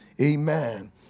Amen